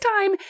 time